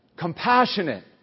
compassionate